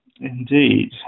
Indeed